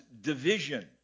division